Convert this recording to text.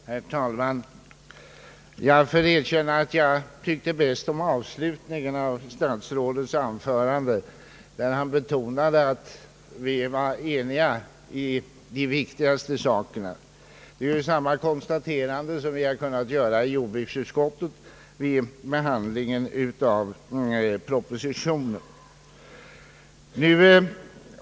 Herr talman! Jag får erkänna, att jag tyckte bäst om avslutningen i statsrådets anförande, där han betonade att vi var eniga i de viktigaste sakerna. Det är samma konstaterande som vi kunnat göra i jordbruksutskottet vid behandlingen av propositionen.